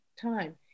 time